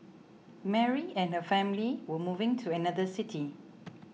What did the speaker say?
Mary and her family were moving to another city